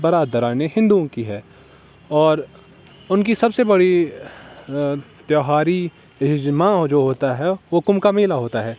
برادران ہندوؤں کی ہے اور ان کی سب سے بڑی تہواری اجماع جو ہوتا ہے وہ کمبھ کا میلہ ہوتا ہے